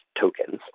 tokens